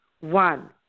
One